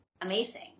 amazing